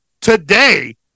Today